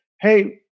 Hey